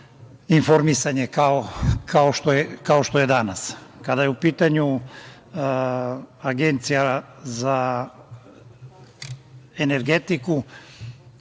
informisanje kao što je danas. Kada je u pitanju Agencija za energetiku,